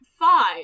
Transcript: Five